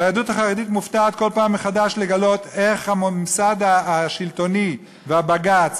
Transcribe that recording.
והיהדות החרדית מופתעת כל פעם מחדש לגלות איך הממסד השלטוני והבג"ץ